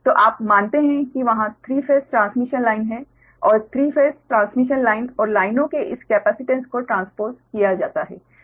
तो आप मानते हैं कि वहाँ 3 फेस ट्रांसमिशन लाइन है और 3 फेस ट्रांसमिशन लाइन और लाइनों के इस कैपेसिटेंस को ट्रांसपोज़ किया जाता है